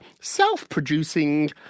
self-producing